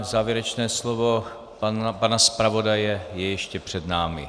Závěrečné slovo pana zpravodaje je ještě před námi.